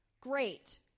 Great